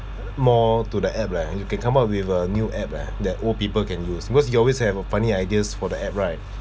more to the app leh you can come up with a new app leh that old people can use because you always have a funny ideas for the app right